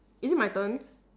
is it my turn